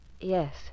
Yes